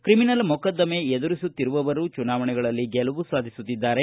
criminal ಮೊಕದ್ದಮೆ ಎದುರಿಸುತ್ತಿರುವವರೂ ಚುನಾವಣೆಗಳಲ್ಲಿ ಗೆಲುವು ಸಾಧಿಸುತ್ತಿದ್ದಾರೆ